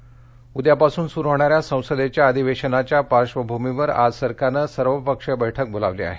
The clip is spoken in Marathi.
बैठक उद्यापासुन सुरू होणाऱ्या संसदेच्या अधिवेशनाच्या पार्श्वभूमिवर आज सरकारनं सर्वपक्षीय बैठक बोलावली आहे